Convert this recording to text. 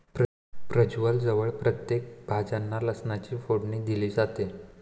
प्रजवळ जवळ प्रत्येक भाज्यांना लसणाची फोडणी दिली जाते